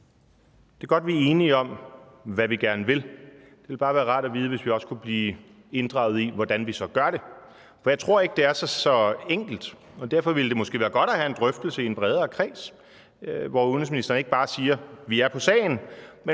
Det er godt, at vi er enige om, hvad vi gerne vil. Det ville bare være rart at vide, om vi også kunne blive inddraget i, hvordan vi så gør det. For jeg tror ikke, det er så enkelt, og derfor ville det måske være godt at have en drøftelse i en bredere kreds, hvor udenrigsministeren ikke bare siger, at man er på sagen,